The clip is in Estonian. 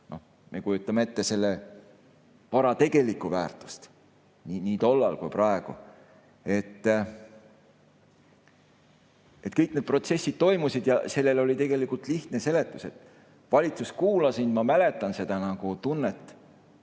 Me kujutame ette selle vara tegelikku väärtust nii tollal kui ka praegu. Kõik need protsessid toimusid ja sellele oli tegelikult lihtne seletus. Valitsus kuulas mind ja ma mäletan seda tunnet,